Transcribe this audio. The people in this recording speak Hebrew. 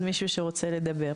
אז אני הילה קזימירסקי,